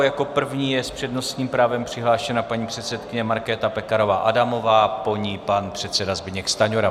Jako první je s přednostním právem přihlášená paní předsedkyně Markéta Pekarová Adamová, po ní pan předseda Zbyněk Stanjura.